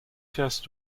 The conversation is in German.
fährst